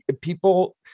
people